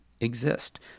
exist